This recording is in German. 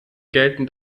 gelten